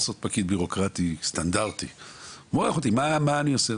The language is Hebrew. מה אני עושה?